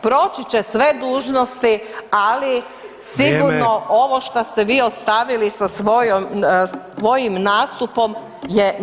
Proći će sve dužnosti, ali sigurno ovo [[Upadica Sanader: Vrijeme.]] šta ste vi ostavili sa svojim nastupom je